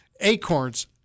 Acorns